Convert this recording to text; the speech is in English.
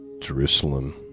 Jerusalem